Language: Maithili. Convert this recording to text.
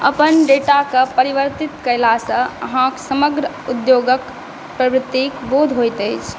अपन डेटाके परिवर्तित कएलासँ अहाँके समग्र उद्योगके प्रवृतिके बोध होइत अछि